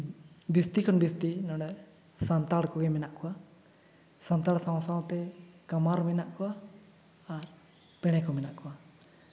ᱡᱟᱹᱥᱛᱤ ᱠᱷᱚᱱ ᱡᱟᱹᱥᱛᱤ ᱱᱚᱰᱮ ᱥᱟᱱᱛᱟᱲ ᱠᱚᱜᱮ ᱢᱮᱱᱟᱜ ᱠᱚᱣᱟ ᱥᱟᱱᱛᱟᱲ ᱥᱟᱶ ᱥᱟᱶᱛᱮ ᱠᱟᱢᱟᱨ ᱢᱮᱱᱟᱜ ᱠᱚᱣᱟ ᱟᱨ ᱯᱮᱲᱮ ᱠᱚ ᱢᱮᱱᱟᱜ ᱠᱚᱣᱟ